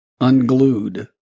unglued